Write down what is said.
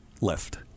left